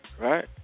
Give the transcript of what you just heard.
Right